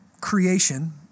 creation